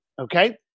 Okay